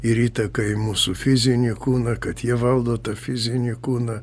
ir įtaka į mūsų fizinį kūną kad jie valdo tą fizinį kūną